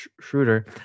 Schroeder